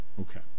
Okay